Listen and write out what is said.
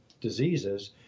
diseases